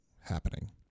happening